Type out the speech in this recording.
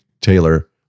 Taylor